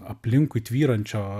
aplinkui tvyrančio